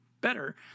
better